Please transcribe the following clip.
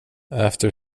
after